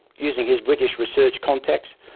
using his british research contacts,